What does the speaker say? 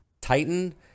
Titan